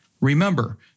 Remember